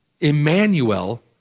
Emmanuel